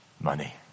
money